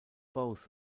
both